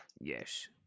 yes